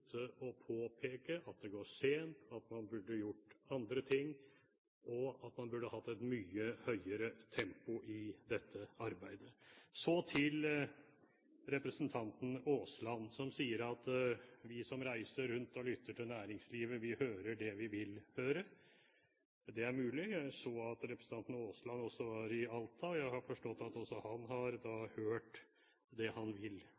å påpeke at det går sent, at man burde gjort andre ting, og at man burde hatt et mye høyere tempo i dette arbeidet. Så til representanten Aasland, som sier at vi som reiser rundt og lytter til næringslivet, hører det vi vil høre. Det er mulig. Jeg så at representanten Aasland også var i Alta. Jeg har da forstått at også han har hørt det han vil